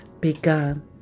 begun